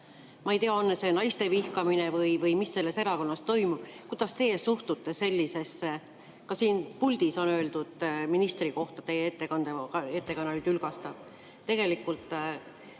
Ma ei tea, on see naiste vihkamine või mis selles erakonnas toimub. Kuidas teie suhtute sellisesse [kõnepruuki]? Ka siin puldis on öeldud ministri kohta: teie ettekanne oli tülgastav.